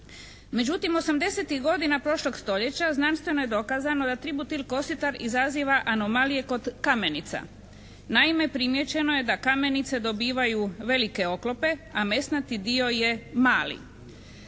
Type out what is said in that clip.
Međutim, '80-tih godina prošlog stoljeća znanstveno je dokazano da tributil kositar izaziva anomalije kod kamenica. Naime, primijećeno je da kamenice dobivaju velike oklope a mesnati dio je mali.